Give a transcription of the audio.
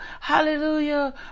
Hallelujah